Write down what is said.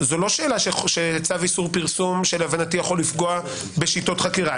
זו לא שאלה שצו איסור פרסום שיכול למנוע בשיטות חקירה.